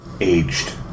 Aged